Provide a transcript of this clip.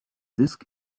disk